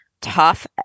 tough